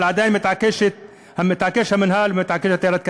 אבל עדיין מתעקש המינהל ומתעקשת עיריית כרמיאל.